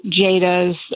Jada's